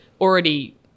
already